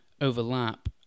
Overlap